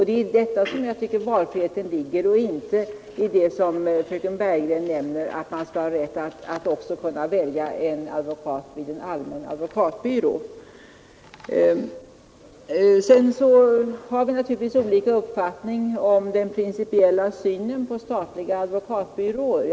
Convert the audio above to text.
Det är i detta som valfriheten ligger och inte i det som fröken Bergegren nämnde, att man skall ha rätt att också kunna välja en Vi har naturligtvis olika principiella uppfattningar om statliga advokatbyråer.